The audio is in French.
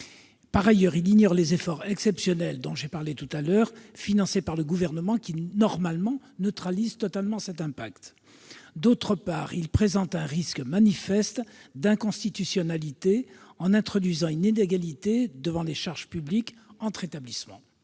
Par ailleurs, il ignore les efforts exceptionnels financés par le Gouvernement, qui, normalement, neutralisent totalement cet impact. D'autre part, il présente un risque manifeste d'inconstitutionnalité en introduisant une inégalité devant les charges publiques entre établissements.